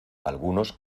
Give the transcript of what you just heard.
algunos